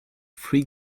free